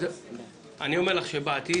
אני אומר לך שבעתיד